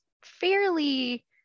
fairly